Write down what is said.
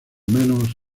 menos